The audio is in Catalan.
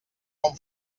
com